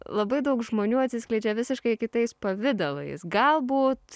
labai daug žmonių atsiskleidžia visiškai kitais pavidalais galbūt